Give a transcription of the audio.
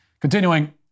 Continuing